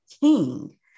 king